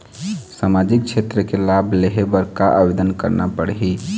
सामाजिक क्षेत्र के लाभ लेहे बर का आवेदन करना पड़ही?